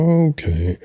okay